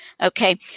Okay